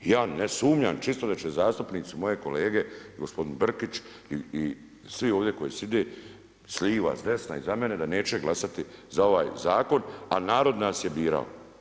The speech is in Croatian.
Ja ne sumnjam čisto da će zastupnici moje kolege, gospodin Brkić i svi ovdje koji sjede s lijeva, s desna i iza mene da neće glasati za ovaj zakon, a narod nas je birao.